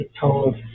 told